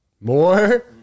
more